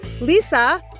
Lisa